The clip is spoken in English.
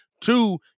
Two